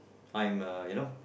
I'm uh you know